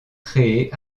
créées